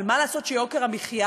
אבל מה לעשות שיוקר המחיה